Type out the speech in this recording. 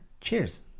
Cheers